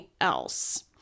else